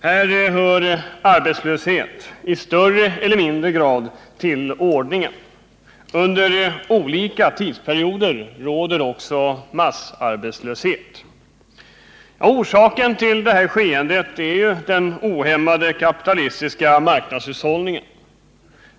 Här hör arbetslöshet — i större eller mindre grad - till ordningen. Under olika tidsperioder råder också massarbetslöshet. Orsaken till detta skeende är den ohämmade kapitalistiska marknadshushållningen.